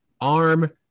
arm